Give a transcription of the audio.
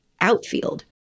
outfield